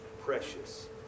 precious